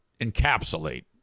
encapsulate